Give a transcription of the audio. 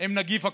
עם נגיף הקורונה.